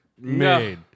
made